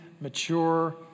mature